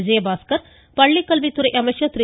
விஜயபாஸ்கர் பள்ளிக்கல்வித்துறை அமைச்சர் திரு